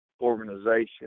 organization